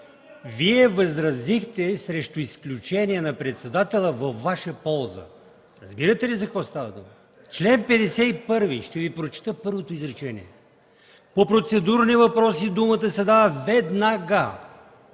Вие възразихте срещу изключение на председателя във Ваша полза. Разбирате ли за какво става дума? Ще Ви прочета първото изречение на чл. 51: „По процедурни въпроси думата се дава веднага”.